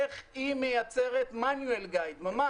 איך היא מייצרת manual guide ממש.